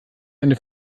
eine